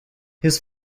his